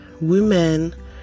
women